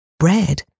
Bread